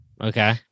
Okay